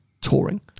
Touring